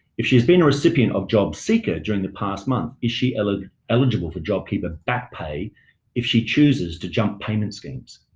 if she has been a recipient of jobseeker during the past month, is she eligible eligible for jobkeeper back pay if she chooses to jump payment schemes?